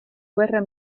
guerra